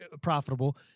profitable